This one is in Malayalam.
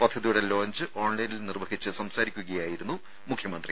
പദ്ധതിയുടെ ലോഞ്ച് ഓൺലൈനിൽ നിർവഹിച്ച് സംസാരിക്കുകയായിരുന്നു മുഖ്യമന്ത്രി